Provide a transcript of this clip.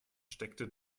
steckte